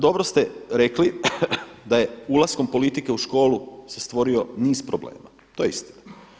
Dobro ste rekli da je ulaskom politike u školu se stvorio niz problema, to je istina.